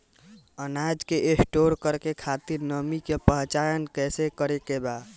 अनाज के स्टोर करके खातिर नमी के पहचान कैसे करेके बा?